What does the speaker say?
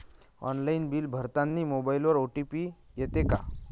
Online bill भरतानी मोबाईलवर OTP येते का?